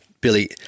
Billy